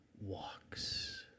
walks